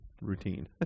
routine